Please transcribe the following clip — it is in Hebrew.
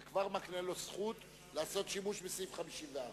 אתה כבר מקנה לו זכות לעשות שימוש בסעיף 54,